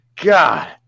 God